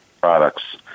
products